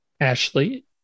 Ashley